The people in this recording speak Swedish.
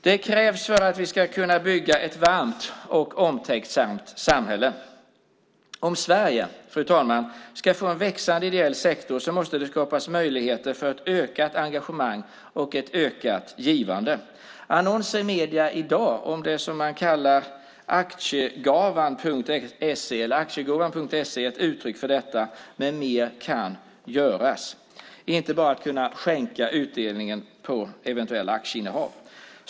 Detta krävs för att vi ska kunna bygga ett varmt och omtänksamt samhälle. Om Sverige ska få en växande ideell sektor, fru talman, måste det skapas möjligheter för ett ökat engagemang och ett ökat givande. Annonser i medierna i dag om det som man kallar för aktiegavan.se är ett uttryck för detta. Men mer kan göras. Det gäller inte bara att kunna skänka utdelningen på eventuella aktieinnehav.